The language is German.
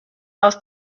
aus